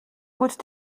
gut